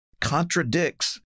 contradicts